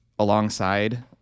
alongside